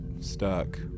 stuck